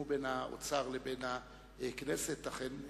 בין האוצר לבין הכנסת אכן מקובלים.